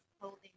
clothing